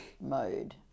mode